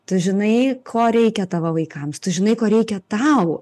tu žinai ko reikia tavo vaikams tu žinai ko reikia tau